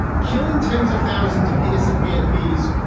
killing tens of thousands of innocent vietnamese.